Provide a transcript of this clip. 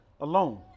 alone